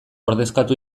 ordezkatu